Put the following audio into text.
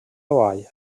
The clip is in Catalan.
hawaii